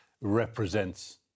represents